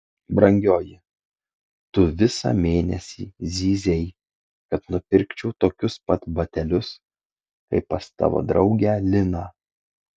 brangioji tu visą mėnesį zyzei kad nupirkčiau tokius pat batelius kaip pas tavo draugę liną